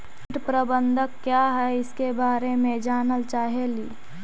कीट प्रबनदक क्या है ईसके बारे मे जनल चाहेली?